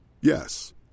Yes